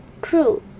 Crew